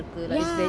ya